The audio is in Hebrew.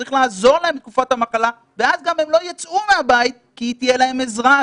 צריך לעזור להם בתקופת המחלה ואז גם הם לא יצאו מהבית כי תהיה להם עזרה.